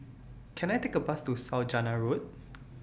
Can I Take A Bus to Saujana Road